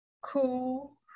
cool